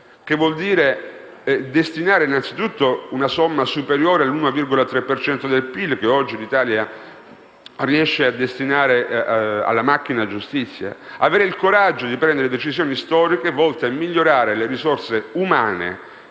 Ciò vuol dire destinare anzitutto una somma superiore all'1,3 per cento del PIL, che oggi l'Italia riesce a destinare alla macchina giustizia; avere il coraggio di prendere decisioni storiche volte a migliorare le risorse umane,